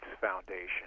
Foundation